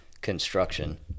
construction